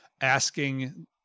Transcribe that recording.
asking